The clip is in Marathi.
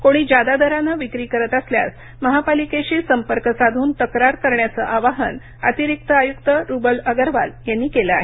कोणी जादा दराने विक्री करत असल्यास महापालिकेशी संपर्क साधून तक्रार करण्याचं आवाहन अतिरीक्त आयुक्त रुबल अगरवाल यांनी केलं आहे